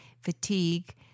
fatigue